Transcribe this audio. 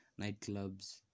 nightclubs